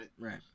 Right